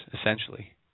essentially